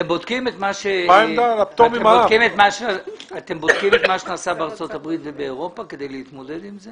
אתם בודקים את מה שנעשה בארצות הברית ובאירופה כדי להתמודד עם זה?